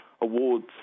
awards